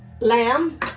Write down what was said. lamb